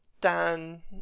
Dan